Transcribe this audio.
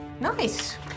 nice